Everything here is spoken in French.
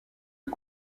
est